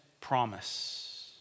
promise